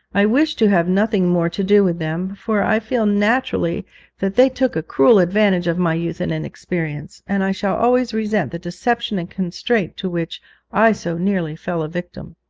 i wish to have nothing more to do with them, for i feel naturally that they took a cruel advantage of my youth and inexperience, and i shall always resent the deception and constraint to which i so nearly fell a victim.